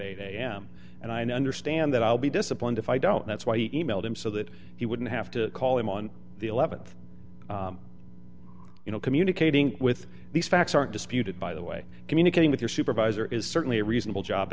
eight am and i understand that i'll be disciplined if i don't that's why i e mailed him so that he wouldn't have to call him on the th you know communicating with these facts aren't disputed by the way communicating with your supervisor is certainly a reasonable job